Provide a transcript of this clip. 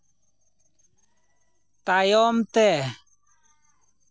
ᱛᱟᱭᱚᱢ ᱛᱮ